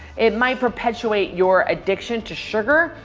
it might perpetuate your addiction to sugar,